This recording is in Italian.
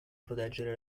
proteggere